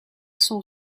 sont